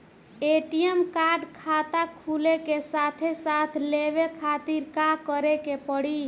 ATM card खाता खुले के साथे साथ लेवे खातिर का करे के पड़ी?